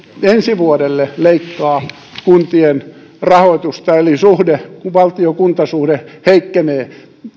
ensi vuodelle leikkaa kuntien rahoitusta eli valtio kuntasuhde heikkenee